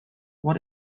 what